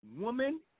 Woman